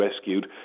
rescued